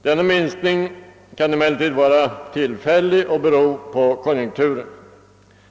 Denna minskning kan emellertid vara tillfällig och bero på konjunkturen.